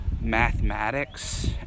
mathematics